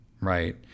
right